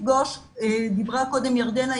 דיברה קודם ירדנה,